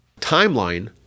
timeline